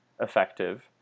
effective